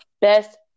best